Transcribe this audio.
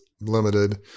Limited